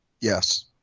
Yes